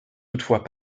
toutefois